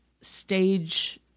stage